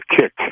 kick